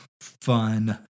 fun